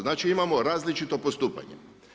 Znači, imamo različito postupanje.